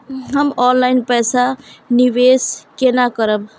हम ऑनलाइन पैसा निवेश केना करब?